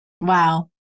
Wow